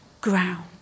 ground